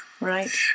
Right